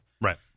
right